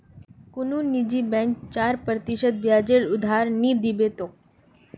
कुनु निजी बैंक चार प्रतिशत ब्याजेर उधार नि दीबे तोक